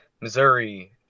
Missouri